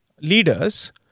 leaders